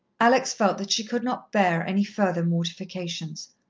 alex felt that she could not bear any further mortifications.